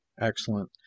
Excellent